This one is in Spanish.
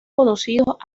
conocidos